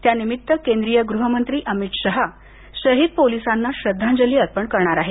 त्या निमित्त केंद्रीय गृह मंत्री अमित शहा शहीद पोलिसांना श्रद्धांजली अर्पण करणार आहेत